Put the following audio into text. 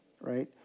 Right